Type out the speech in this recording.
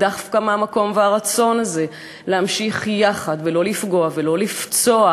ודווקא מהמקום והרצון הזה להמשיך יחד ולא לפגוע ולא לפצוע,